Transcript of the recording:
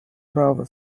права